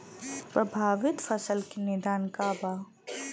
प्रभावित फसल के निदान का बा?